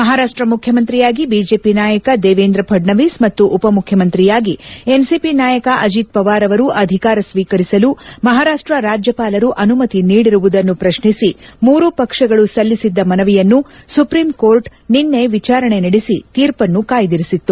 ಮಹಾರಾಪ್ಷ ಮುಖ್ಯಮಂತ್ರಿಯಾಗಿ ಬಿಜೆಪಿ ನಾಯಕ ದೇವೇಂದ್ರ ಫಡ್ನವೀಸ್ ಮತ್ತು ಉಪಮುಖ್ಯಮಂತ್ರಿಯಾಗಿ ಎನ್ಸಿಪಿ ನಾಯಕ ಅಜಿತ್ ಪವಾರ್ ಅವರು ಅಧಿಕಾರ ಸ್ವೀಕರಿಸಲು ಮಹಾರಾಷ್ಟ ರಾಜ್ಜಪಾಲರು ಅನುಮತಿ ನೀಡಿರುವುದನ್ನು ಪ್ರಶ್ನಿಸಿ ಮೂರೂ ಪಕ್ಷಗಳು ಸಲ್ಲಿಸಿದ್ದ ಮನವಿಯನ್ನು ಸುಪ್ರೀಂ ಕೋರ್ಟ್ ನಿನ್ನೆ ವಿಚಾರಣೆ ನಡೆಸಿ ತೀರ್ಪನ್ನು ಕಾಯ್ದಿರಿಸಿತ್ತು